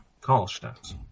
Karlstadt